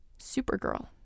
Supergirl